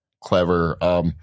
clever